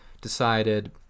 decided